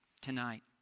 tonight